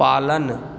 पालन